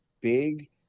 big